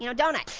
you know donut.